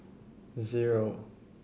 zero